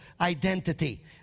identity